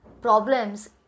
problems